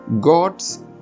god's